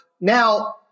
now